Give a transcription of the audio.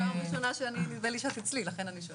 בתור יושבת ראש השדולה לעסקים קטנים ובינוניים,